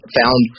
found